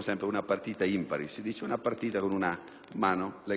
sempre una partita impari, con una mano legata dietro la schiena,